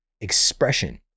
expression